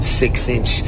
six-inch